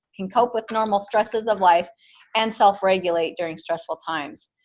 can cope with normal stresses of life and self-regulate during stressful times,